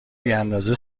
بیاندازه